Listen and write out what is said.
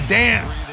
dance